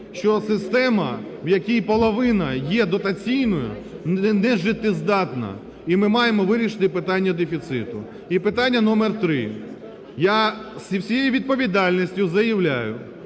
що система, в якій половина є дотаційною, нежиттєздатна, і ми маємо вирішити питання дефіциту. І питання номер три. Я зі всією відповідальністю заявляю,